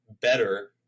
better